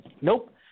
Nope